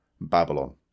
Babylon